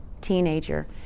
teenager